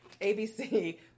ABC